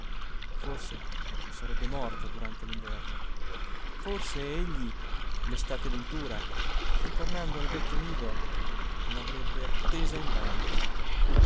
forse sarebbe morta durante l'inverno forse egli l'estate ventura ritornando al vecchio nido l'avrebbe attesa invano